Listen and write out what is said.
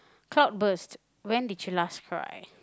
cloudburst when did you last cry